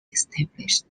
established